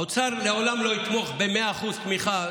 האוצר לעולם לא יתמוך ב-100% תמיכה,